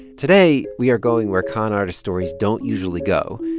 today we are going where con artist stories don't usually go.